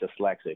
dyslexic